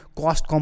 cost